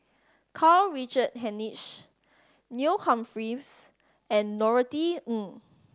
Karl Richard Hanitsch Neil Humphreys and Norothy Ng